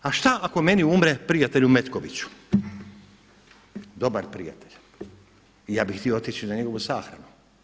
A šta ako meni umre prijatelj u Metkoviću, dobar prijatelj i ja bih htio otići na njegovu sahranu?